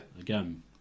again